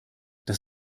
das